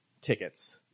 tickets